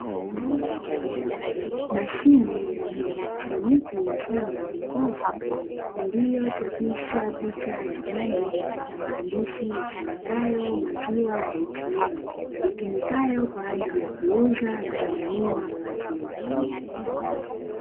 Mashine ya kieletroniki mfano wa jokofu, iliyochapishwa picha ya ng'ombe na maandishi yasomekayo maziwa "ATM", itumikayo kwa ajili ya kuuza na kununua maziwa.